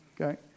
okay